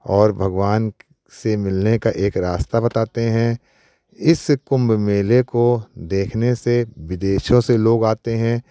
और भगवान से मिलने का एक रास्ता बताते हैं इस कुम्भ मेले को देखने से विदेसों से लोग आते हैं